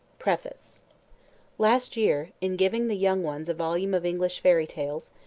preface last year, in giving the young ones a volume of english fairy tales,